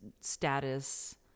status